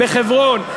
בחברון,